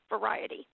variety